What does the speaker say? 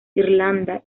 irlanda